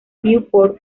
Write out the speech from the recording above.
newport